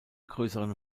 größeren